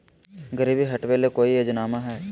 गरीबी हटबे ले कोई योजनामा हय?